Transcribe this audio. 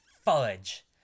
fudge